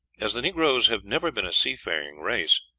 as the negroes have never been a sea-going race,